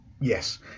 yes